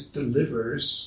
delivers